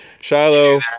Shiloh